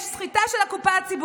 יש סחיטה של הקופה הציבורית